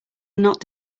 not